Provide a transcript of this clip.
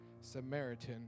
Samaritan